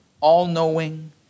all-knowing